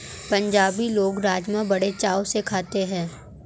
पंजाबी लोग राज़मा बड़े चाव से खाते हैं